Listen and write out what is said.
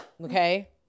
okay